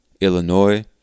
Illinois